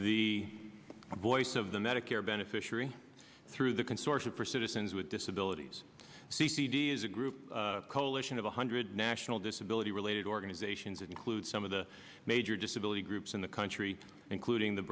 the voice of the medicare beneficiary through the consortium for citizens with disabilities c c d is a group coalition of one hundred national disability related organizations includes some of the major disability groups in the country including the